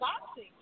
boxing